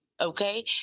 okay